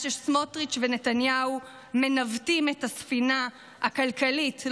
שסמוטריץ' ונתניהו מנווטים את הספינה הכלכלית,